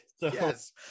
Yes